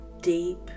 deep